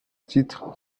titre